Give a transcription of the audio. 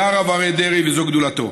זה הרב אריה דרעי וזו גדלותו.